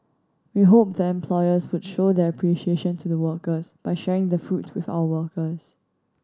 we hope the employers would show their appreciation to the workers by sharing the fruit with our workers